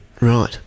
Right